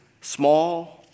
small